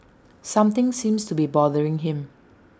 something seems to be bothering him